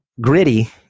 gritty